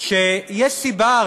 שיש סיבה,